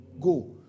go